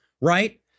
right